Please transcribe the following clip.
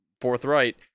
forthright